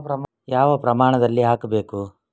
ಯಾವ ಪ್ರಮಾಣದಲ್ಲಿ ಹಾಕಬೇಕು?